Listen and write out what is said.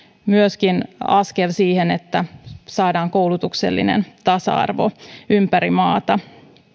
myöskin yksi askel siihen että saadaan koulutuksellinen tasa arvo ympäri maata